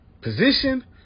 position